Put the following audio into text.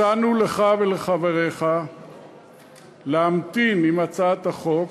הצענו לך ולחבריך להמתין עם הצעת החוק,